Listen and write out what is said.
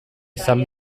izan